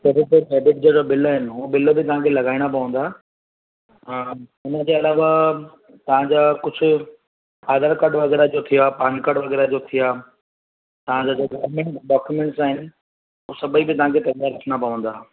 हुन में सबूत जा जहिड़ा बिल आहिनि हूअ बिल बि तव्हां खे लॻाइणा पवंदा हा हुनजे अलावा तव्हां जा कुझु आधार कार्ड वग़ैरह जो थिया पान कार्ड वग़ैरह जो थिया तव्हां जा जेका गर्वमेंट डॉक्यूमेंट्स आहिनि हू सभई खे तव्हां खे रखणा पवंदा